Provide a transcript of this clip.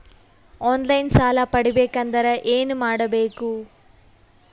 On line ಸಾಲ ಪಡಿಬೇಕಂದರ ಏನಮಾಡಬೇಕು?